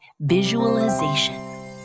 visualization